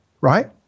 right